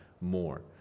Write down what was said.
more